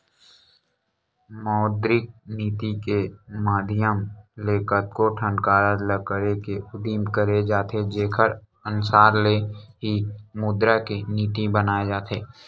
मौद्रिक नीति के माधियम ले कतको ठन कारज ल करे के उदिम करे जाथे जेखर अनसार ले ही मुद्रा के नीति बनाए जाथे